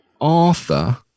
Arthur